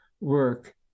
work